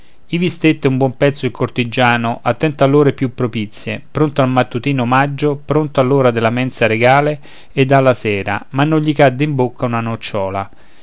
ivi stette un buon pezzo il cortigiano attento all'ore più propizie pronto al mattutin omaggio pronto all'ora della mensa regale ed alla sera ma non gli cadde in bocca una nocciòla